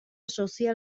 sozial